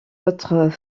autres